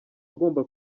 agomba